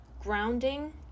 grounding